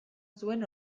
zuen